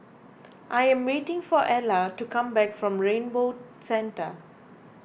I am waiting for Ella to come back from Rainbow Centre